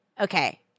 Okay